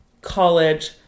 college